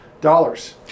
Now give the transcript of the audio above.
dollars